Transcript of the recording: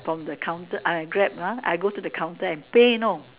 from the counter I Grab lah I go to the counter and pay you know